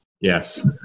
Yes